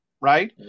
right